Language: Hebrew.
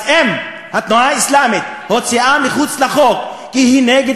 אז אם התנועה האסלאמית הוצאה מחוץ לחוק כי היא נגד